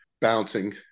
bouncing